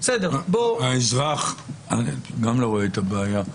האזרח גם לא רואה את הבעיה.